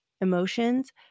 emotions